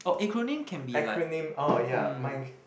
acronym oh ya my